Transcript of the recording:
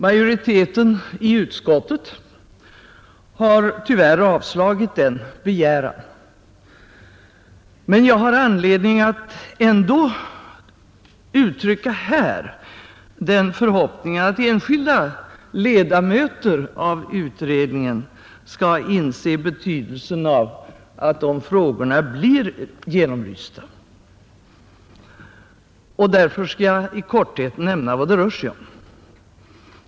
Majoriteten i utskottet har tyvärr avstyrkt den begäran. Men jag har ändå anledning att här uttrycka den förhoppningen att enskilda ledamöter i utredningen skall inse betydelsen av att de frågorna blir genomlysta. Därför skall jag i korthet nämna vad det rör sig om.